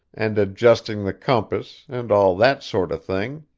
and adjusting the compass, and all that sort of thing.